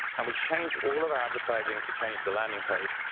and we changed all of our advertising to change the landing page,